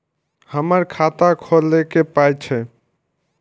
हमर खाता खौलैक पाय छै